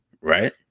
Right